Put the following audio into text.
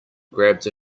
grabbed